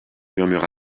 murmura